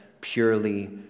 purely